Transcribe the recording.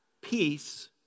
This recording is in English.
peace